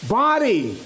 body